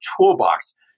toolbox